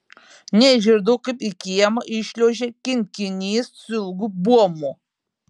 neišgirdau kaip į kiemą įšliuožė kinkinys su ilgu buomu